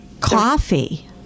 coffee